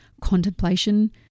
contemplation